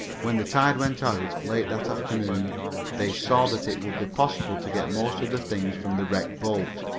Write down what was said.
when the tide went out late that afternoon they saw that it would be possible to get most of the things from the wrecked boat.